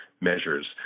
measures